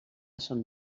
són